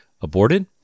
aborted